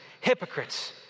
hypocrites